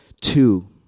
Two